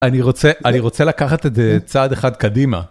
אני רוצה לקחת את זה צעד אחד קדימה.